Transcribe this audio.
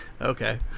Okay